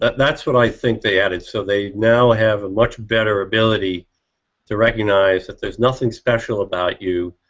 that's what i think they added so they now have a much better ability to recognize that there's nothing special about you,